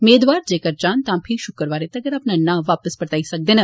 मेदवार जेकर चाह्न तां फीह् शुक्रवारें तगर अपना नां वापस परताई सकदे न